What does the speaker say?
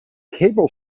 cable